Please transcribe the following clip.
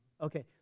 Okay